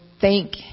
thank